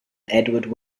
edward